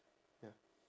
ya